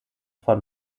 von